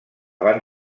van